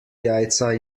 jajca